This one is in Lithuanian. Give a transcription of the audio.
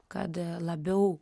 kad labiau